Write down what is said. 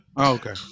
Okay